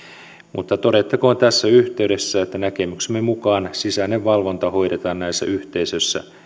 mutta todettakoon tässä yhteydessä että näkemyksemme mukaan sisäinen valvonta hoidetaan näissä yhteisöissä